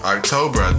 October